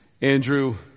Andrew